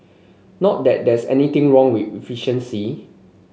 not that there's anything wrong with efficiency